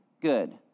good